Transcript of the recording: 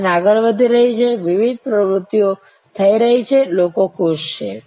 line આગળ વધી રહી છે વિવિધ પ્રવૃત્તિઓ થઈ રહી છે લોકો ખુશ છે